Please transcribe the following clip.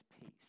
peace